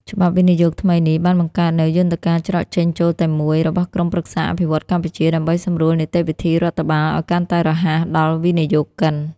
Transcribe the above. ច្បាប់វិនិយោគថ្មីនេះបានបង្កើតនូវ "យន្តការច្រកចេញចូលតែមួយ" របស់ក្រុមប្រឹក្សាអភិវឌ្ឍន៍កម្ពុជា ដើម្បីសម្រួលនីតិវិធីរដ្ឋបាលឱ្យកាន់តែរហ័សដល់វិនិយោគិន។